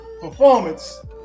performance